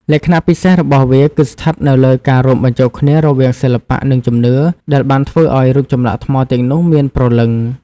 លក្ខណៈពិសេសរបស់វាគឺស្ថិតនៅលើការរួមបញ្ចូលគ្នារវាងសិល្បៈ និងជំនឿ ដែលបានធ្វើឲ្យរូបចម្លាក់ថ្មទាំងនោះមានព្រលឹង។